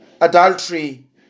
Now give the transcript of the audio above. adultery